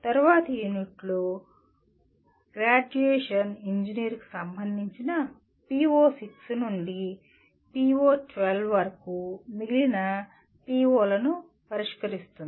తరువాతి యూనిట్ లో గ్రాడ్యుయేషన్ ఇంజనీర్కు సంబంధించిన PO6 నుండి PO 12 వరకు మిగిలిన PO లను పరిష్కరిస్తుంది